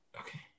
okay